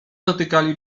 dotykali